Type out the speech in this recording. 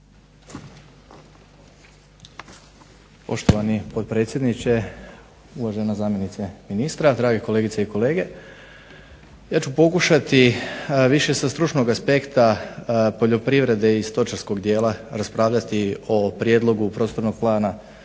Poštovani potpredsjedniče, uvažena zamjenice ministra, drage kolegice i kolege. Ja ću pokušati više sa stručnog aspekta poljoprivrede i stočarskog dijela raspravljati o prijedlogu Prostornog plana